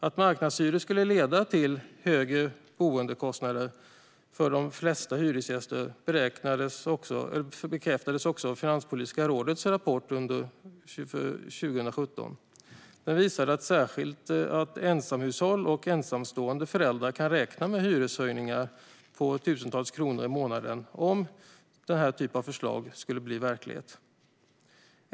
Att marknadshyror skulle leda till högre boendekostnader för de flesta hyresgäster bekräftades också av Finanspolitiska rådets rapport för 2017. Den visade att särskilt ensamhushåll och ensamstående föräldrar kan räkna med hyreshöjningar på tusentals kronor i månaden om denna typ av förslag skulle bli verklighet.